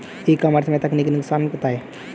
ई commerce के तकनीकी नुकसान बताएं?